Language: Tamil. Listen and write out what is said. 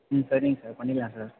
ம் சரிங்க சார் பண்ணிடலாம் சார்